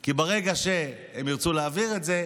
כי ברגע שהם ירצו להעביר את זה,